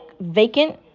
vacant